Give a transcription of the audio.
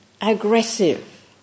aggressive